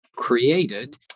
created